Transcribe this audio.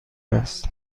است